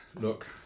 look